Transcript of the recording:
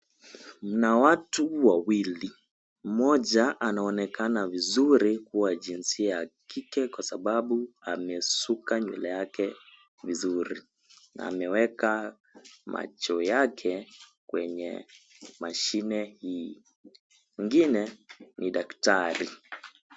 Mna watu wawili, mmoja anaonekana vizuri kuwa jinsia ya kike kwa sababu amesuka nywele yake vizuri na ameweka macho yake kwenye mashine hii. Mwingine, ni daktari.